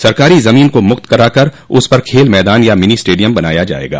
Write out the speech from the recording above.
सरकारी जमीन को मुक्त करा कर उस पर खेल मैदान या मिनी स्टेडियम बनाया जायेगा